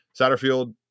Satterfield